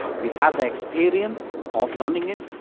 we have the experience of running it,